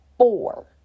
Four